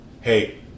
hey